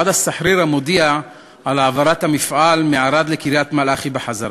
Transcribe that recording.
או עד הסחריר המודיע על העברת המפעל מערד לקריית-מלאכי בחזרה.